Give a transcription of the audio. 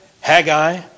Haggai